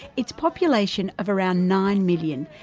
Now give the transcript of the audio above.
its population of around nine million,